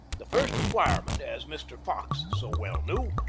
the first requirement, as mr. fox so well knew,